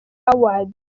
awards